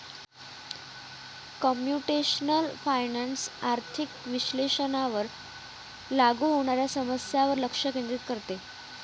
computational finance आर्थिक विश्लेषणावर लागू होणाऱ्या समस्यांवर लक्ष केंद्रित करते